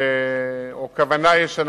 או כוונה ישנה.